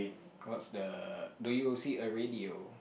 what's the do you see a radio